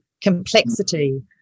complexity